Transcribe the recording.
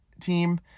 team